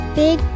big